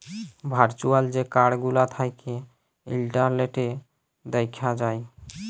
virtual যে card গুলা থ্যাকে ইলটারলেটে দ্যাখা যায়